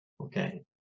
okay